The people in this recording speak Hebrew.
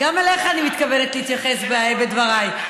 גם אליך אני מתכוונת להתייחס בדבריי.